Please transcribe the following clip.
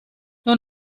nur